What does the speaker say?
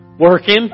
working